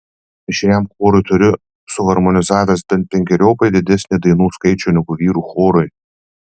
mišriam chorui turiu suharmonizavęs bent penkeriopai didesnį dainų skaičių negu vyrų chorui